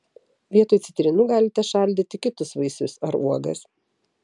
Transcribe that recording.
vietoj citrinų galite šaldyti kitus vaisius ar uogas